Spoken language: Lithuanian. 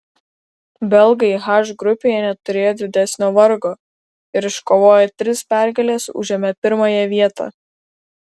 belgai h grupėje neturėjo didesnio vargo ir iškovoję tris pergales užėmė pirmąją vietą